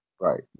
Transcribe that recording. Right